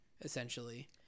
essentially